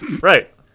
right